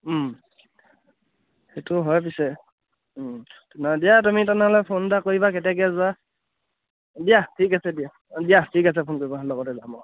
সেইটো হয় পিছে দিয়া তুমি তেনেহ'লে ফোন এটা কৰিবা কেতিয়াকৈ যোৱা দিয়া ঠিক আছে দিয়া দিয়া ঠিক আছে ফোন কৰিবা লগতে যাম অঁ